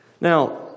Now